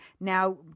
now